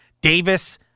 Davis